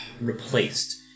Replaced